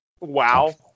Wow